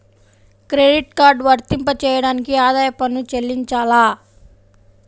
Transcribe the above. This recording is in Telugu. క్రెడిట్ కార్డ్ వర్తింపజేయడానికి ఆదాయపు పన్ను చెల్లించాలా?